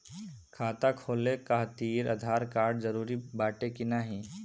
खाता खोले काहतिर आधार कार्ड जरूरी बाटे कि नाहीं?